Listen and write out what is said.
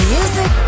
Music